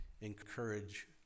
encourage